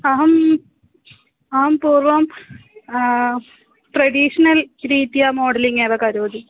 अहम् अहं पूर्वं ट्रेडीश्नल् रीत्या मोडलिङ्ग् एव करोति